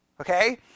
okay